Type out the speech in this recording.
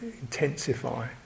intensify